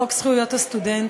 חוק זכויות הסטודנט,